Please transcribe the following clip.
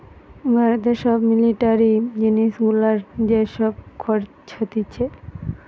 ভারতে সব মিলিটারি জিনিস গুলার যে সব খরচ হতিছে